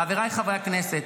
חבריי חברי הכנסת,